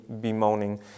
bemoaning